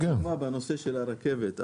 לדוגמה בנושא של הרכבת,